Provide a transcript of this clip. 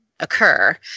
occur